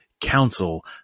council